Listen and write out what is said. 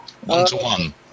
one-to-one